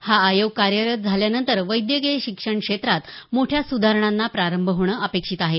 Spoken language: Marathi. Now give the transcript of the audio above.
हा आयोग कार्यरत झाल्यानंतर वैद्यकीय शिक्षण क्षेत्रात मोठ्या सुधारणांना प्रारंभ होणं अपेक्षित आहे